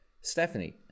Stephanie